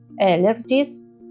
allergies